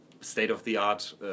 state-of-the-art